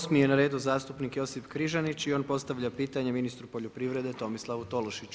8. je na redu zastupnik Josip Križanić i on postavlja pitanje ministru poljoprivrede Tomislavu Tolušiću.